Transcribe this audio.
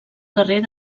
carrer